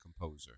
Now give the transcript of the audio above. composer